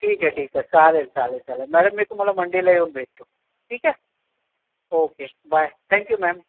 ठीक आहे ठीक आहे चालेल चालेल चालेल मॅडम मी तुम्हाला मंडेला येऊन भेटतो ठीक आहे ओके बाय थँक्यू मॅम